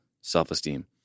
self-esteem